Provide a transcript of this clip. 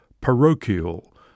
parochial